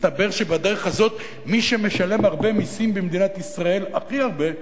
מסתבר שבדרך הזאת מי שמשלם הרבה מסים במדינת ישראל הכי הרבה,